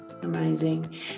Amazing